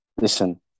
Listen